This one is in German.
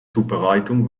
zubereitung